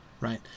Right